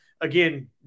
again